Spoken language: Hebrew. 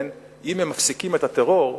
אם הם מפסיקים את הטרור,